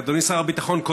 אדוני שר הביטחון,